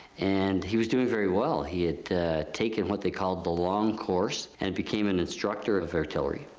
and he was doing very well. he had taken what they called the long course and became an instructor of artillery.